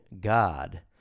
God